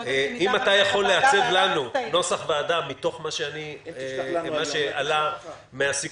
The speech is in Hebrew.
אם אתה יכול לעצב לנו נוסח ועדה מתוך מה שעלה מהסיכום,